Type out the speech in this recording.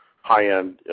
high-end